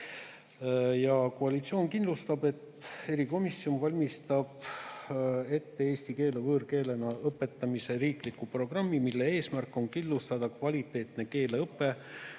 koalitsioon kindlustama, et erikomisjon valmistab ette eesti keele võõrkeelena õpetamise riikliku programmi, mille eesmärk on kindlustada kvaliteetne keeleõpe